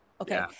Okay